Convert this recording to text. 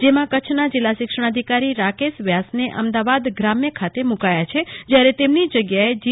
જેમાં કચ્છના જિલ્લા શિક્ષણાધિકારી રાકેશ વ્યાસને અમદાવાદ મુકાયા છે જ્યારે તેમની જગ્યાએ જી